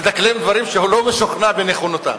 לדקלם דברים שהוא לא משוכנע בנכונותם.